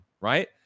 right